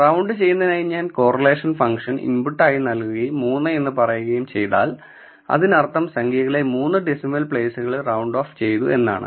round ചെയ്യുന്നതിനായി ഞാൻ correlation ഫങ്ക്ഷന് ഇൻപുട്ട് ആയി നൽകുകയും 3 എന്ന് പറയുകയും ചെയ്താൽ അതിനർത്ഥം സംഖ്യകളെ 3 ഡെസിമൽ പ്ലേസുകളിൽ റൌണ്ട് ഓഫ് ചെയ്തു എന്നാണ്